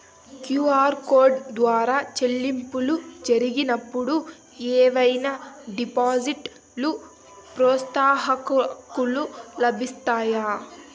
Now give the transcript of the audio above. QR code ద్వారా చెల్లింపులు జరిగినప్పుడు ఏవైనా డిస్కౌంట్ లు, ప్రోత్సాహకాలు లభిస్తాయా?